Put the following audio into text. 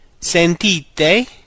sentite